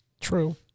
True